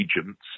agents